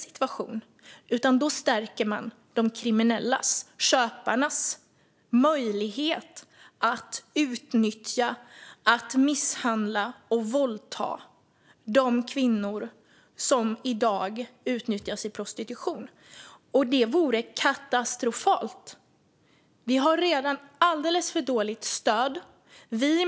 Man stärker de kriminellas, köparnas, möjlighet att utnyttja, misshandla och våldta de kvinnor som i dag utnyttjas i prostitution. Det vore katastrofalt. Vi har redan alldeles för dåligt stöd.